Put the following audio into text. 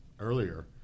Earlier